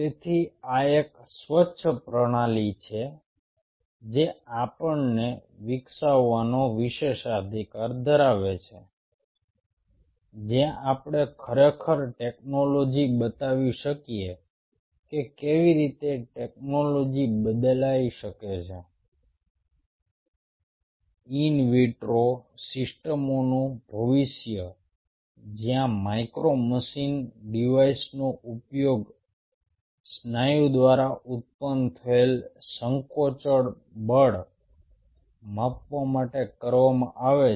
તેથી આ એક સ્વચ્છ પ્રણાલી છે જે આપણને વિકસાવવાનો વિશેષાધિકાર ધરાવે છે જ્યાં આપણે ખરેખર ટેકનોલોજી બતાવી શકીએ કે કેવી રીતે ટેકનોલોજી બદલાઈ શકે છે ઈન વિટ્રો સિસ્ટમોનું ભવિષ્ય જ્યાં માઇક્રો મશીન ડિવાઇસનો ઉપયોગ સ્નાયુ દ્વારા ઉત્પન્ન થયેલ સંકોચન બળ માપવા માટે કરવામાં આવે છે